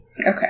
Okay